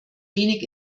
wenig